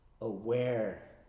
aware